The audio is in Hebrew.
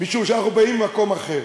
כי אנחנו באים ממקום אחר.